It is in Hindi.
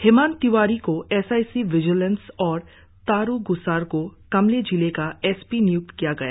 हेमंत तिवारी को एस आई सी विजिलेंस और तारु ग्सर को कामले जिलें का एस पी नियुक्त किया गया है